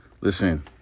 Listen